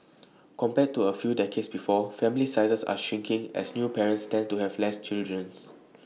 compared to A few decades before family sizes are shrinking as new parents tend to have less children